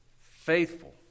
faithful